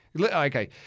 Okay